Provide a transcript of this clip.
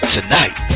Tonight